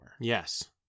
yes